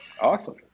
Awesome